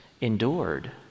endured